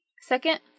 Second